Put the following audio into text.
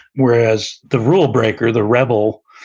whereas, the rule breaker, the rebel,